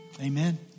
Amen